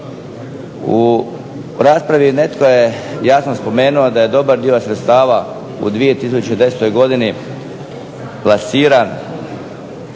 U raspravi netko je jasno spomenuo da je dobar dio sredstava u 2010. godini plasiran